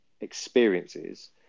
experiences